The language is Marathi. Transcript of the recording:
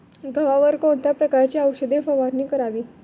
गव्हावर कोणत्या प्रकारची औषध फवारणी करावी?